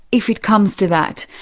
if it comes to that.